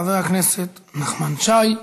חבר הכנסת נחמן שי.